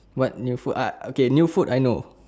what new food ah okay new food I know